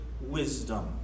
wisdom